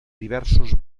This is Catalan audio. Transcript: diversos